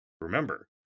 Remember